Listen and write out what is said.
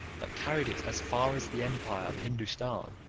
but carried it as far as the empire of hindoostan,